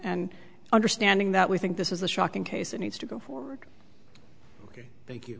and understanding that we think this is a shocking case that needs to go forward ok thank you